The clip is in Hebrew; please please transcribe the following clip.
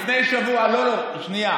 לפני שבוע שמעתי